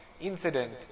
incident